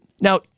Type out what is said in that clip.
Now